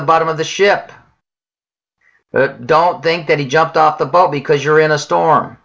the bottom of the ship don't think that he jumped off the boat because you're in a storm